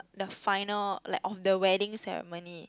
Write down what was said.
the final like on the wedding ceremony